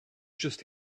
just